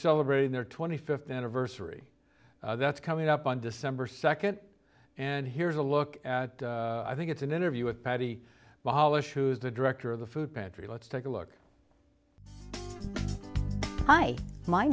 celebrating their twenty fifth anniversary that's coming up on december second and here's a look at i think it's an interview with patty polish who is the director of the food pantry let's take a look hi my